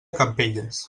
campelles